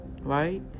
right